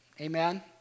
Amen